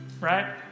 right